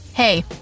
Hey